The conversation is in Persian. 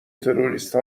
تروریست